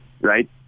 right